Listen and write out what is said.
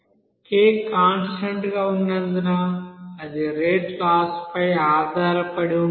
K constant గా ఉన్నందున అది రేటు లాస్ లపై ఆధారపడి ఉంటుంది